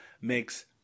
makes